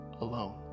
alone